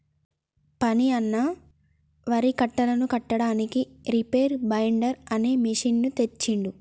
ఫణి అన్న వరి కట్టలను కట్టడానికి రీపేర్ బైండర్ అనే మెషిన్ తెచ్చిండు